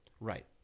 right